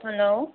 hello